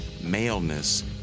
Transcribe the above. Maleness